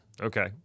Okay